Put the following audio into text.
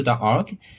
org